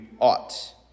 ought